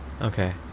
Okay